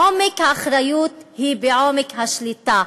עומק האחריות הוא בעומק השליטה.